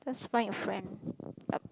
let's find a friend